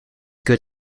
good